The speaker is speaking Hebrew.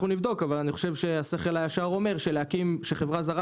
אנחנו נבדוק אבל אני חושב שהשכל הישר אומר שחברה זרה